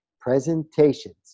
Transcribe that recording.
presentations